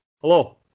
Hello